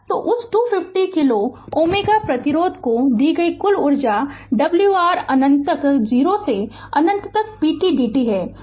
Refer Slide Time 3553 तो उस 250 kilo Ω प्रतिरोधक को दी गई कुल ऊर्जा w r अन्नंत 0 से अन्नंत p t dt है